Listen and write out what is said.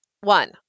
One